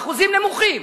אחוזים נמוכים,